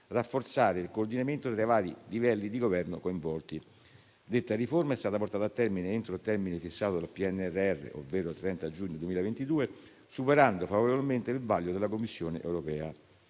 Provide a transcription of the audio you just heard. rafforzare il coordinamento tra i vari livelli di governo coinvolti. Detta riforma è stata portata a compimento entro il termine fissato dal PNRR, ovvero il 30 giugno 2022, superando favorevolmente il vaglio della Commissione europea.